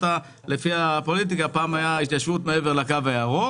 אנקדוטה פעם היתה התיישבות מעבר לקו הירוק,